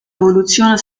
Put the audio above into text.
evoluzione